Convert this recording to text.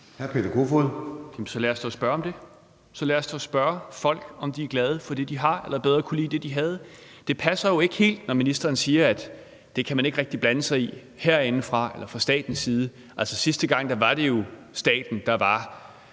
Så lad os da spørge om det. Så lad os da spørge folk, om de er glade for det, de har, eller bedre kunne lide det, de havde. Det passer jo ikke helt, når ministeren siger, at det kan man ikke rigtig blande sig i herindefra eller fra statens side. Altså, sidste gang var det jo staten, der var